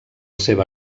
seva